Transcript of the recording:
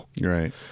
Right